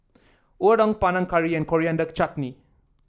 Unadon Panang Curry and Coriander Chutney